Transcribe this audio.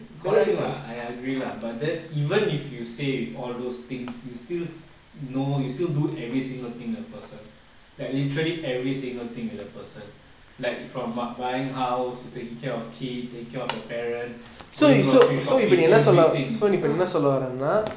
correct lah I I agree lah but then even if you say if all those things you still know you still do every single thing to the person like literally every single thing with the person like from buying house to taking care of kid taking care of parent drink coffee shopping everything ah